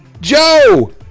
Joe